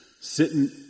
sitting